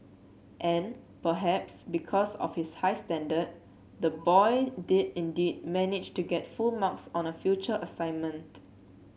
and perhaps because of his high standard the boy did indeed manage to get full marks on a future assignment